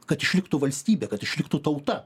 kad išliktų valstybė kad išliktų tauta